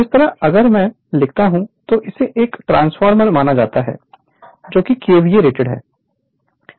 इस तरह अगर मैं लिखता हूं तो इसे एक ट्रांसफॉर्मर माना जाता है जो कि KVAरेटेड है जिस पर KVA संचालित होता है